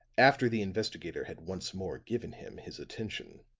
after the investigator had once more given him his attention,